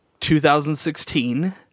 2016